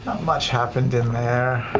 much happened in there.